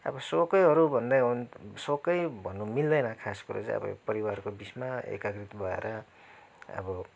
अब सोखैहरू भन्दा हो भने त सोखै भन्नु मिल्दैन खास कुरो चाहिँ अब परिवारको बिचमा एकजुट भएर अब